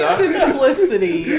simplicity